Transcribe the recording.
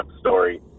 story